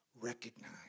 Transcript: recognize